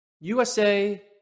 USA